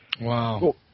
Wow